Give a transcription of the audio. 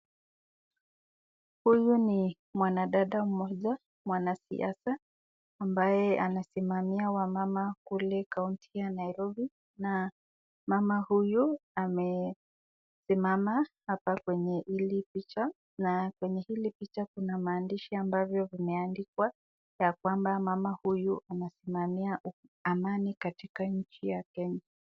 Huyu ni mwanadada mmoja mwanasiasa ambaye anasimamia wamama kule kaunti ya Nairobi na mama huyu amesimama hapa kwenye hili picha na kwenye hili picha kuna maandishi ambavyo vimeandikwa ya kwamba mama huyu anasimamia amani katika nchi ya Kenya.